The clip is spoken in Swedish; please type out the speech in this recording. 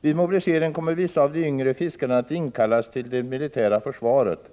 ”Vid mobilisering kommer vissa av de yngre fiskarna att inkallas till det militära försvaret.